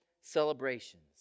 celebrations